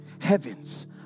Heaven's